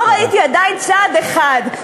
לא ראיתי עדיין צעד אחד.